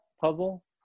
puzzle